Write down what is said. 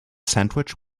sandwich